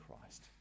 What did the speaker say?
Christ